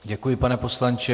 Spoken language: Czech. Děkuji, pane poslanče.